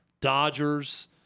Dodgers